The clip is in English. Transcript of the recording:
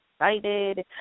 excited